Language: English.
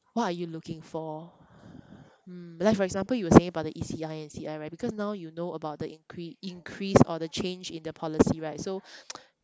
what are you looking for mm like for example you were saying about the E_C_I N_C_I right because now you know about the incre~ increase or the change in the policy right so